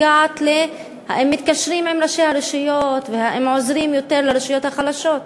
האם מתקשרים עם ראשי הרשויות והאם עוזרים יותר לרשויות החלשות?